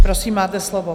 Prosím, máte slovo.